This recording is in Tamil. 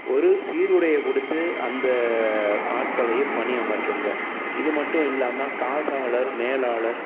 ஒரு சீருடைய கொடுத்து அந்த ஆட்களை பணி அமர்த்துங்கள் இது மட்டும் இல்லாம காசாளர் மேலாளர்